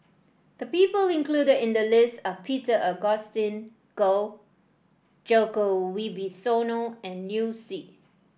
the people included in the list are Peter Augustine Goh Djoko Wibisono and Liu Si